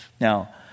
Now